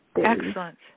Excellent